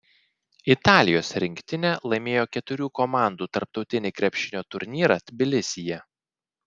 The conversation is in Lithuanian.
italijos rinktinė laimėjo keturių komandų tarptautinį krepšinio turnyrą tbilisyje